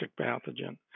pathogen